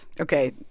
Okay